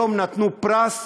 היום נתנו פרס